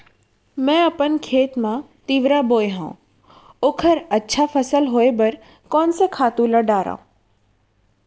मैं अपन खेत मा तिंवरा बोये हव ओखर अच्छा फसल होये बर कोन से खातू ला डारव?